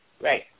Right